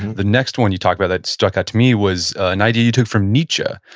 the next one you talk about that stuck out to me was an idea you took from nietzsche,